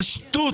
על שטות של כלום.